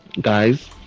guys